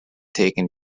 taken